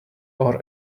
all